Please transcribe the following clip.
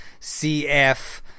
CF